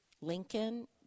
Lincoln